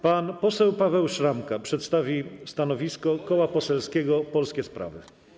Pan poseł Paweł Szramka przedstawi stanowisko Koła Poselskiego Polskie Sprawy.